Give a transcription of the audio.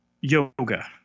yoga